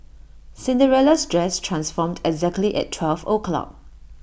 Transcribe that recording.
Cinderella's dress transformed exactly at twelve o'clock